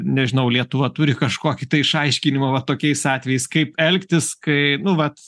nežinau lietuva turi kažkokį tai išaiškinimąva tokiais atvejais kaip elgtis kai nu vat